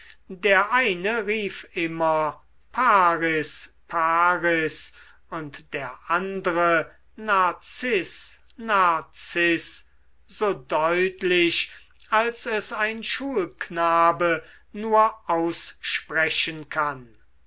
der eine rief immer paris paris und der andre narziß narziß so deutlich als es ein schulknabe nur aussprechen kann